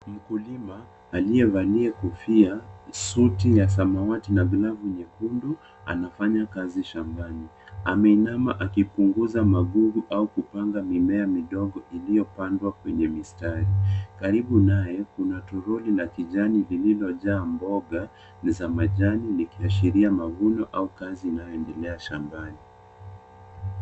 Mkulima, aliyevalia kofia, suti ya samawati, na glavu nyekundu, anafanya kazi shambani. Ameinama akipunguza magugu au kupanga mimea midogo iliyopandwa kwenye mistari. Karibu naye, kuna toroli na kijani vilivyojaa mboga, za majani ikiashiria mavuno au kazi inayoendelea shambani.